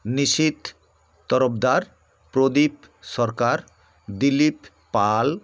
Nisith Tarafdar Pradip Sarkar Dilip Pal